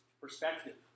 perspective